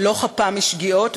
אינה חפה משגיאות,